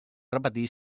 repetir